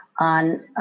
on